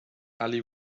ali